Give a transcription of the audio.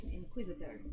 inquisitor